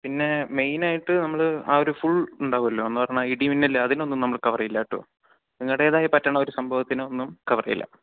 പിന്നെ മെയ്നായിട്ടു നമ്മള് ആ ഒരു ഫുൾ ഉണ്ടാവുമല്ലോ എന്നുപറഞ്ഞാൽ ആ ഇടിമിന്നൽ അതിനൊന്നും നമ്മൾ കവർ ചെയ്യില്ലാട്ടോ നിങ്ങളുടേതായി പറ്റുന്ന ഒരു സംഭവത്തിനും ഒന്നും കവർ ചെയ്യില്ല